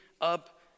up